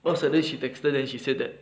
why suddenly she texted then she said that